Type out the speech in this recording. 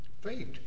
fate